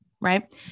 right